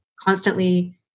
constantly